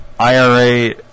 IRA